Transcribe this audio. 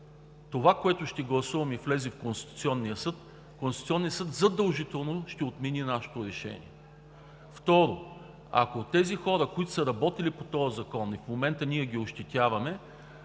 това, което ще гласуваме и влезе в Конституционния съд, той задължително ще отмени нашето решение. Второ, ако тези хора, които са работили по този закон – в момента ние ги ощетяваме,